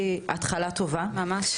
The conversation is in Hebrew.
׳מכבי׳ נשמע לי כמו התחלה טובה ממש,